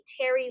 Terry